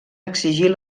exigir